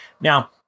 Now